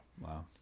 Wow